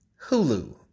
Hulu